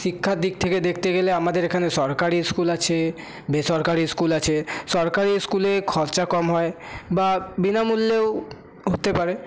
শিক্ষার দিক থেকে দেখতে গেলে আমাদের এখানে সরকারি ইস্কুল আছে বেসরকারি ইস্কুল আছে সরকারি ইস্কুলে খরচা কম হয় বা বিনামূল্যেও হতে পারে